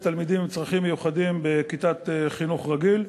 תלמידים עם צרכים מיוחדים בכיתת חינוך רגיל.